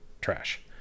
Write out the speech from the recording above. trash